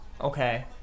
Okay